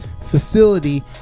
facility